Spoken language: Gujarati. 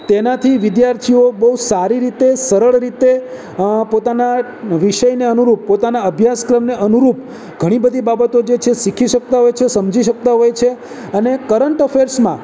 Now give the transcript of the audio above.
તેનાથી વિદ્યાર્થીઓ બહુ સારી રીતે સરળ રીતે પોતાના વિષયને અનુરૂપ પોતાના અભ્યાસક્રમને અનુરૂપ ઘણી બધી બાબતો છે જે શીખી શકતા હોય છે સમજી શકતા હોય છે અને કરંટ અફેર્સમાં